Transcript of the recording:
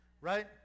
right